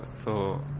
so